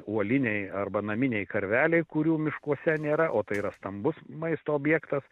uoliniai arba naminiai karveliai kurių miškuose nėra o tai yra stambus maisto objektas